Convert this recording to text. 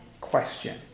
question